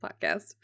podcast